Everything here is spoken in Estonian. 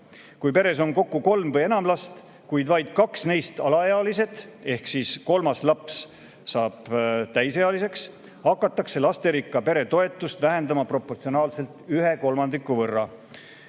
Kui peres on kokku kolm või enam last, kuid vaid kaks neist alaealised ehk kolmas laps saab täisealiseks, hakatakse lasterikka pere toetust vähendama proportsionaalselt ühe kolmandiku võrra.